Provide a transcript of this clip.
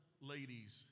ladies